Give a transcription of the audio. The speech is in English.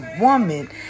woman